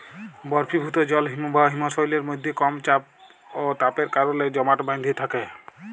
বরফিভুত জল হিমবাহ হিমশৈলের মইধ্যে কম চাপ অ তাপের কারলে জমাট বাঁইধ্যে থ্যাকে